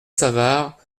savart